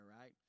right